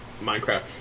Minecraft